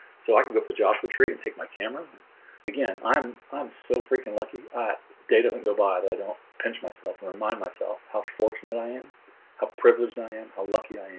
so i can go up to joshua tree and take my camera again i'm i'm so freakin lucky i day doesn't go by that i don't pinch myself and remind myself how fortunate i am how privileged and i am how lucky